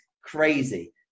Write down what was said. crazy